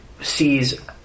sees